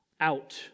out